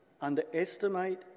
underestimate